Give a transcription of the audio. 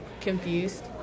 confused